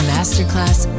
Masterclass